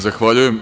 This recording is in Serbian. Zahvaljujem.